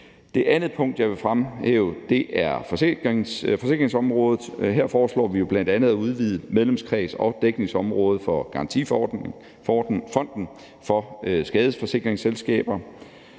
Det andet punkt, jeg vil fremhæve, er forsikringsområdet, og her foreslår vi bl.a. at udvide medlemskreds og dækningsområde for Garantifonden for Skadesforsikringsselskaber,